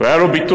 היה נוהג לומר: